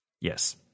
Yes